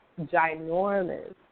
ginormous